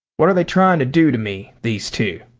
what are they trying to do to me, these two?